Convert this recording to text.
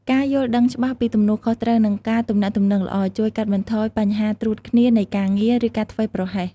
ការយល់ដឹងច្បាស់ពីទំនួលខុសត្រូវ និងការទំនាក់ទំនងល្អ ជួយកាត់បន្ថយបញ្ហាត្រួតគ្នានៃការងារ ឬការធ្វេសប្រហែស។